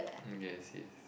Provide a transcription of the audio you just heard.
yes yes